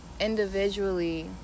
individually